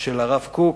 של הרב קוק,